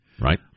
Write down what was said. Right